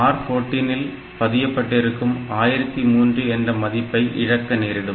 ஆனால் R 14 இல் பதியப்பட்டிருக்கும் 1003 என்ற மதிப்பை இழக்க நேரிடும்